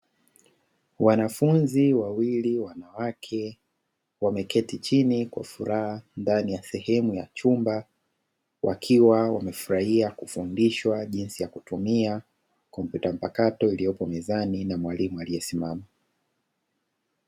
Wanafunzi wawili wanawake, wameketi chini kwa furaha ndani ya sehemu ya chumba, wakiwa wamefurahia kufundishwa jinsi ya kutumia kompyuta mpakato iliyopo mezani na mwalimu aliyesimama.